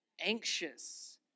anxious